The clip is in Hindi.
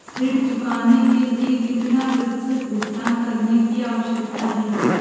ऋण चुकाने के लिए कितना प्रतिशत भुगतान करने की आवश्यकता है?